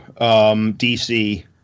dc